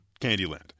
Candyland